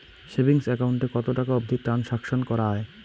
Savings account এ কতো টাকা অবধি ট্রানসাকশান করা য়ায়?